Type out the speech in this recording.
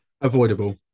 avoidable